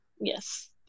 Yes